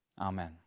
Amen